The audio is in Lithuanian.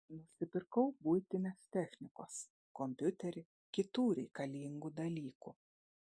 nusipirkau buitinės technikos kompiuterį kitų reikalingų dalykų